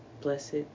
blessed